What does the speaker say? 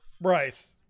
Bryce